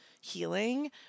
healing